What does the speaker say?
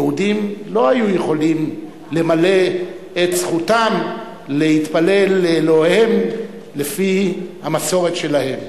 יהודים לא היו יכולים למלא את זכותם להתפלל לאלוהיהם לפי המסורת שלהם.